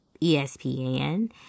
ESPN